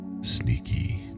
sneaky